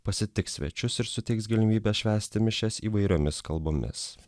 pasitiks svečius ir suteiks galimybę švęsti mišias įvairiomis kalbomis